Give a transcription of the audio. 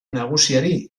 nagusiari